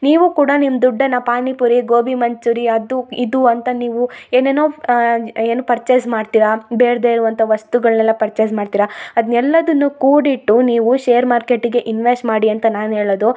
ನೀವು ಕೂಡ ನಿಮ್ಮ ದುಡ್ಡನ್ನ ಪಾನಿಪುರಿ ಗೋಬಿ ಮಂಚೂರಿ ಅದು ಇದು ಅಂತ ನೀವು ಏನೇನೋ ಏನು ಪರ್ಚೇಸ್ ಮಾಡ್ತಿರ ಬೇಡದೇ ಇರುವಂಥ ವಸ್ತುಗಳ್ನೆಲ್ಲ ಪರ್ಚೇಸ್ ಮಾಡ್ತೀರ ಅದ್ನೆಲ್ಲದುನ್ನ ಕೂಡಿಟ್ಟು ನೀವು ಶೇರ್ ಮಾರ್ಕೆಟಿಗೆ ಇನ್ವೆಸ್ಟ್ ಮಾಡಿ ಅಂತ ನಾನು ಹೇಳದು